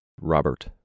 Robert